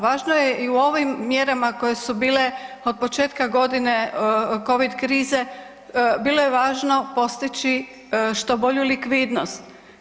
Važno je i u ovim mjerama koje su bile od početka godine COVID krize bilo je važno postići što bolju likvidnost.